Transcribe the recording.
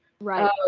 right